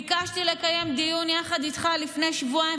ביקשתי לקיים דיון יחד איתך לפני שבועיים,